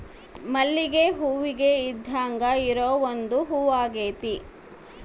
ಮಲ್ಲಿಗೆ ಹೂವಿಗೆ ಇದ್ದಾಂಗ ಇರೊ ಒಂದು ಹೂವಾಗೆತೆ